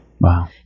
Wow